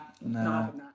no